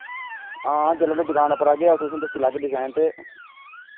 हां जिल्लै तुस दुकान उप्पर औग्गे अस तुसें ई दस्सी लैगे डिजाइन ते